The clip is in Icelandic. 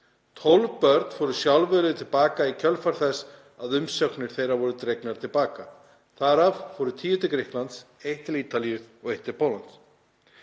12 börn fóru sjálfviljug til baka í kjölfar þess að umsagnir þeirra voru dregnar til baka. Þar af fóru tíu til Grikklands, eitt til Ítalíu og eitt til Póllands.